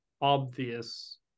obvious